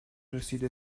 رسیده